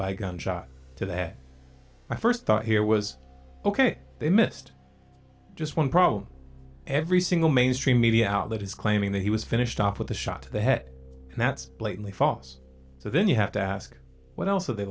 by gunshot to the head my first thought here was ok they missed just one problem every single mainstream media outlet is claiming that he was finished off with a shot to the head and that's blatantly false so then you have to ask what else are they